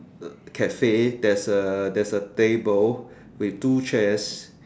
uh cafe there's a there's a table with two chairs